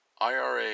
IRA